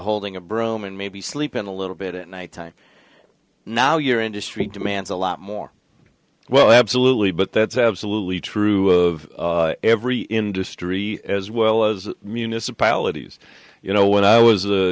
holding a broom and maybe sleep in a little bit at night time now your industry demands a lot more well absolutely but that's absolutely true of every industry as well as municipalities you know when i was a